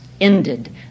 ended